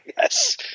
Yes